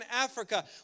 Africa